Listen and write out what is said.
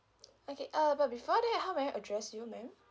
okay uh but before that how may I address you ma'am